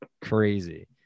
crazy